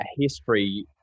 history